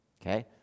okay